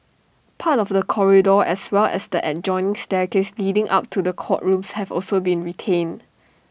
part of the corridor as well as the adjoining staircase leading up to the courtrooms have also been retained